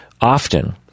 often